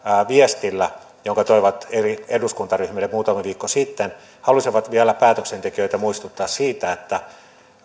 viestillä toivat eri eduskuntaryhmille muutama viikko sitten he halusivat vielä päätöksentekijöitä muistuttaa siitä että